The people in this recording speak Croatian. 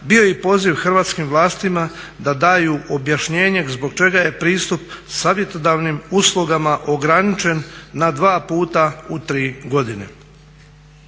bio i poziv hrvatskim vlastima da daju objašnjenje zbog čega je pristup savjetodavnim uslugama ograničen na dva puta u tri godine.